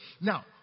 now